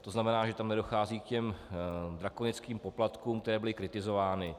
To znamená, že tam nedochází k těm drakonickým poplatkům, které byly kritizovány.